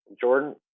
Jordan